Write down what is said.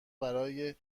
برای